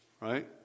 right